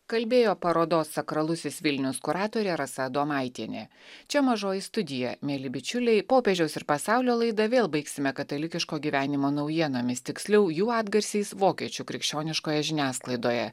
kalbėjo parodos sakralusis vilnius kuratorė rasa adomaitienė čia mažoji studija mieli bičiuliai popiežiaus ir pasaulio laidą vėl baigsime katalikiško gyvenimo naujienomis tiksliau jų atgarsiais vokiečių krikščioniškoje žiniasklaidoje